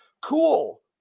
Cool